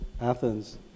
Athens